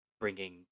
bringing –